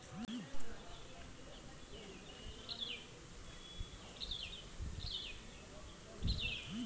कम लागत में मिर्च की खेती कैसे करूँ?